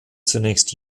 zuerst